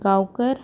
Gaonkar